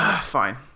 Fine